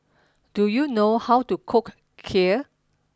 do you know how to cook Kheer